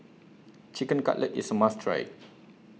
Chicken Cutlet IS A must Try